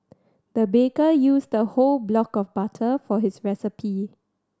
the baker used the whole block of butter for his recipe